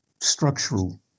structural